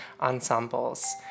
ensembles